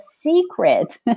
secret